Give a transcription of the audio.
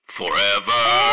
forever